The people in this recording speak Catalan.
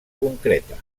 concreta